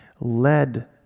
led